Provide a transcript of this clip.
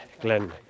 Glen